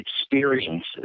experiences